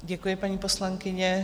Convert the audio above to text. Děkuji, paní poslankyně.